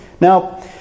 Now